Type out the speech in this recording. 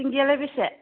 सिंगियालाय बेसे